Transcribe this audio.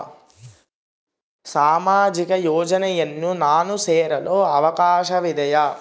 ಸಾಮಾಜಿಕ ಯೋಜನೆಯನ್ನು ನಾನು ಸೇರಲು ಅವಕಾಶವಿದೆಯಾ?